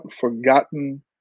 forgotten